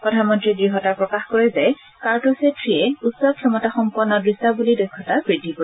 প্ৰধানমন্ত্ৰীয়ে দৃঢ়তা প্ৰকাশ কৰে যে কাৰ্ট'ছেট থীয়ে উচ্চ ক্ষমতাসম্পন্ন দৃশ্যাৱলী দক্ষতা বৃদ্ধি কৰিব